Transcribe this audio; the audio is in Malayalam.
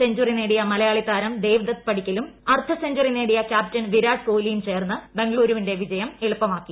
സെഞ്ചുറി നേടിയ മലയാളി താരം ദേവ്ദത്ത് പടിക്കലും അർധ സെഞ്ചുറി നേടിയ ക്യാപ്റ്റൻ വിരാട് കോലിയും ചേർന്ന് ബാംഗ്ലൂരിന്റെ വിജയം എളുപ്പമാക്കി